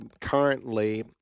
currently